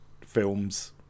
films